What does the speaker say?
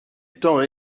temps